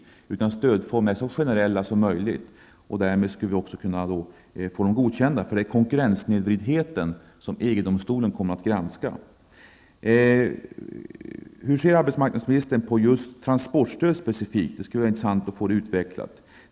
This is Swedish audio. Det skall vara generella stödformer. Därmed kan vi få dem godkända. Det är konkurrenssnedvridningen som EG-domstolen kommer att granska. Hur ser arbetsmarknadsministern specifikt på transportstödet? Det skulle vara intressant att få den saken utvecklad.